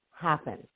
happen